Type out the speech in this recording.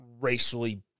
racially